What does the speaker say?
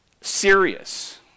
serious